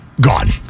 gone